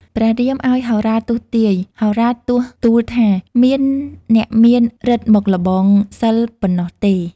ព្រះរាមឱ្យហោរាទស្សន៍ទាយ ហោរាទស្សន៍ទូលថា មានអ្នកមានឫទ្ធិមកល្បងសិល្ប៍ប៉ុណ្ណោះទេ។